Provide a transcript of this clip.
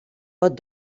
pot